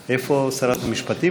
איפה שרת המשפטים?